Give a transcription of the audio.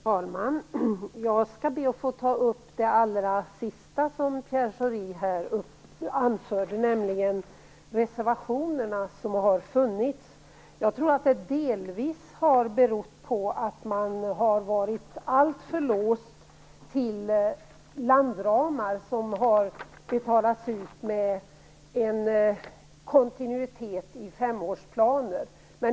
Herr talman! Jag skall be att få ta upp det allra sista som Pierre Schori anförde, nämligen de reservationer som har funnits. Jag tror att det delvis har berott på att man har varit alltför låst till landramar som har betalats ut med kontinuitet i femårsplaner.